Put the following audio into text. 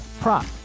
prop